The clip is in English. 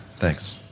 Thanks